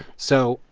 so,